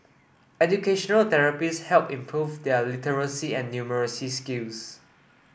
educational therapists helped improve their literacy and numeracy skills